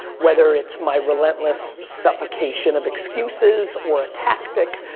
whether it's my relentless suffocation of excuses or a tactic.